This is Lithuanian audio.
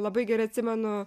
labai gerai atsimenu